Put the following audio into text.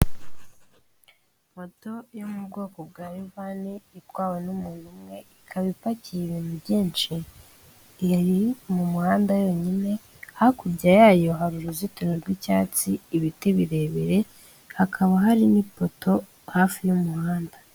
Moto yo mu bwoko bwa Rivani itwawe n'umuntu umwe, ikaba ipakiye ibintu byinshi. Iri mu muhanda yonyine, hakurya yayo hari uruzitiro rw'icyatsi, ibiti birebire, hakaba hari n'ipoto hafi y'umuhanda.